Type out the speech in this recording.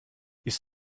ist